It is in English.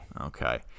Okay